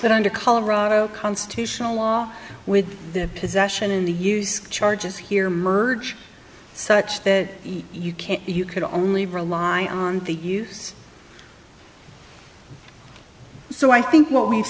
but under colorado constitutional law with the possession in the use charges here merge such that you can't you could only rely on the use so i think what we've